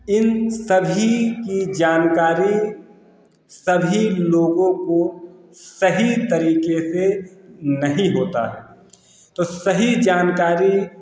इन सभी की जानकारी सभी लोगों को सही तरीके से नहीं होता है तो सही जानकारी